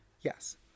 yes